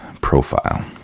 profile